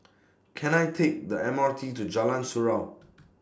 Can I Take The M R T to Jalan Surau